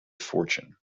fortune